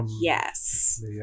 yes